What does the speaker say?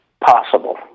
possible